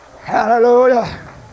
Hallelujah